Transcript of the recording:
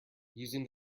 using